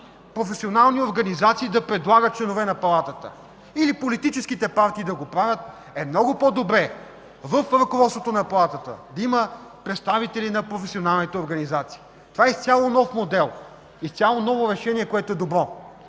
професионални организации да предлагат членовете на Палатата, или политическите партии да го правят, е много по-добре в ръководството на Сметната палата да има представители на професионалните организации. Това е изцяло нов модел, изцяло ново решение, което е добро.